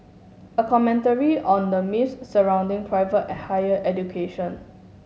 a commentary on the myths surrounding private a higher education